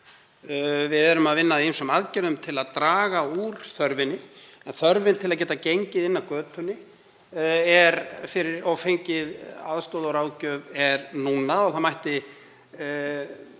Við erum að vinna að ýmsum aðgerðum til að draga úr þörfinni, en þörfin til að geta gengið inn af götunni og fengið aðstoð og ráðgjöf er núna. Það mætti